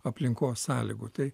aplinkos sąlygų tai